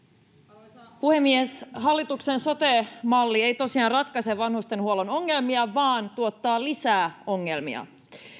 arvoisa puhemies hallituksen sote malli ei tosiaan ratkaise vanhustenhuollon ongelmia vaan tuottaa lisää ongelmia